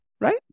right